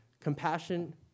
Compassion